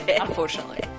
unfortunately